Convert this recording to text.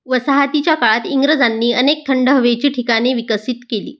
वसाहातीच्या काळात इंग्रजांनी अनेक थंड हवेचे ठिकाणे विकसित केली